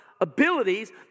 abilities